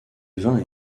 vins